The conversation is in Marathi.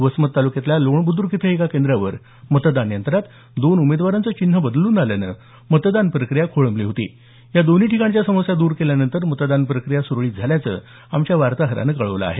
वसमत तालुक्यातल्या लोण बुद्रुक इथं एका केंद्रावर मतदान यंत्रात दोन उमेदवारांचं चिन्ह बदलून आल्यानं मतदान प्रक्रिया खोळंबली होती या दोन्ही ठिकाणच्या समस्या द्र केल्यानंतर मतदान प्रक्रिया सुरळीत झाल्याचं आमच्या वार्ताहरानं कळवलं आहे